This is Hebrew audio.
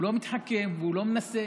הוא לא מתחכם והוא לא מנסה.